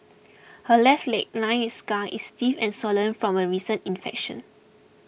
her left leg lined with scars is stiff and swollen from a recent infection